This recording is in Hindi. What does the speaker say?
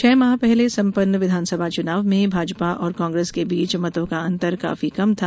छह माह पहले संपन्न विधानसभा चुनाव में भाजपा और कांग्रेस के बीच मतों का अंतर काफी कम था